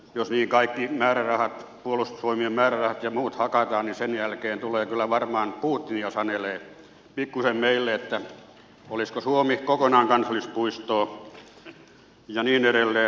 jos niihin kaikki määrärahat puolustusvoimien määrärahat ja muut hakataan niin sen jälkeen tulee kyllä varmaan putin jo sanelemaan pikkuisen meille että olisiko suomi kokonaan kansallispuistoa ja niin edelleen